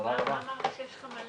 הישיבה ננעלה